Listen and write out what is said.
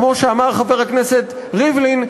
כמו שאמר חבר הכנסת ריבלין,